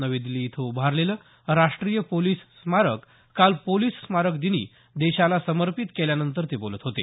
नवी दिल्ली इथं उभारलेलं राष्ट्रीय पोलिस स्मारक काल पोलिस स्मारक दिनी देशाला समर्पित केल्यानंतर ते बोलत होते